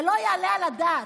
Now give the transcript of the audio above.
זה לא יעלה על הדעת.